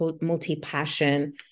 multi-passion